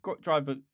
driver